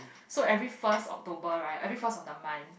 so every first October right every first of the month